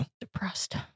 Depressed